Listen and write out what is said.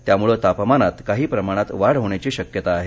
त्यामुळं तापमानात काही प्रमाणात वाढ होण्याची शक्यता आहे